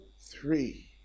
three